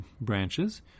branches